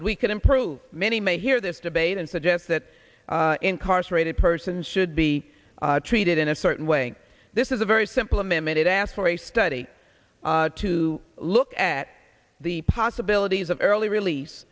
that we can improve many may hear this debate and suggest that incarcerated persons should be treated in a certain way this is a very simple i'm emitted asked for a study to look at the possibilities of early release